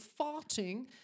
farting